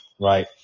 right